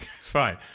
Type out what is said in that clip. Fine